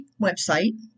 website